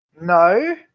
no